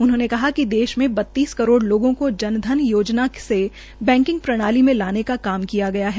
उन्होंने कहा कि देश में बतीस करोड़ लोगों को जन धन योजना से बैकिंग प्रणाली में लाने का काम किया है